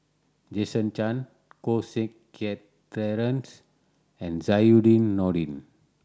Jason Chan Koh Seng Kiat Terence and Zainudin Nordin